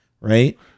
right